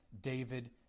David